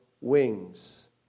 wings